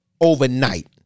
overnight